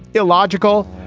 illogical.